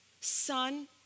Son